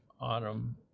autumn